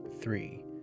three